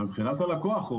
מבחינת הלקוח,